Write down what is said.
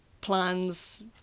plans